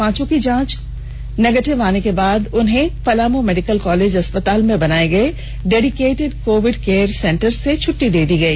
पांचों की जांच रिपोर्ट नेगेटिव आने के बाद आज उन्हें पलामू मेडिकल कॉलेज अस्पताल में बनाए गए डेडीकेटेड कोविद केयर सेंटर से छुट्टी दे दी गई